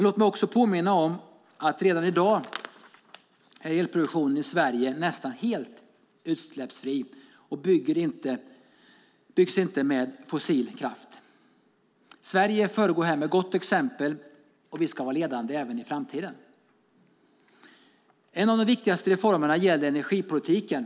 Låt mig också påminna om att redan i dag är elproduktionen i Sverige nästan helt utsläppsfri och byggs inte med fossil kraft. Sverige föregår här med gott exempel, och vi ska vara ledande även i framtiden. En av de viktigaste reformerna gäller energipolitiken.